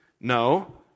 No